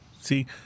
See